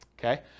okay